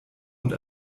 und